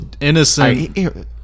innocent